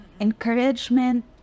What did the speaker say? encouragement